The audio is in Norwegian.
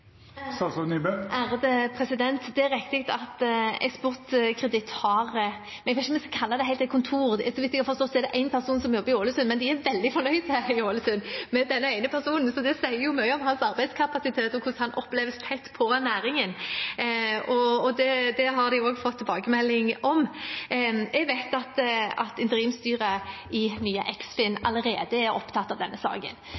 det et kontor – så vidt jeg har forstått, er det én person som jobber i Ålesund. De er veldig fornøyd i Ålesund med denne ene personen. Det sier mye om hans arbeidskapasitet og hvordan han oppleves å være tett på næringen, og det har de også fått tilbakemeldinger om. Jeg vet at interimstyret i nye Eksfin allerede er opptatt av denne saken.